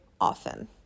often